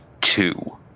two